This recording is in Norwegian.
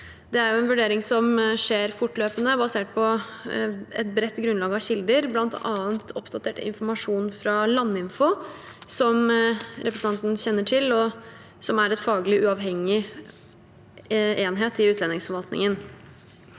Det er en vurdering som skjer fortløpende, basert på et bredt grunnlag av kilder, bl.a. oppdatert informasjon fra Landinfo, som representanten kjenner til, som er en faglig uavhengig enhet i utlendingsforvaltningen.